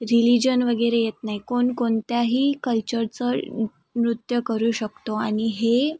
religion वगैरे येत नाही कोण कोणत्याही कल्चरचं नृत्य करू शकतो आणि हे